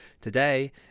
today